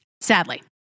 sadly